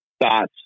thoughts